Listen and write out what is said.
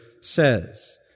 says